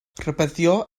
rhybuddio